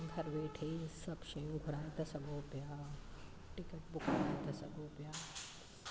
घर वेठे ई सभु शयूं घुराए था सघो पिया टिकेट बुक कराए था सघो पिया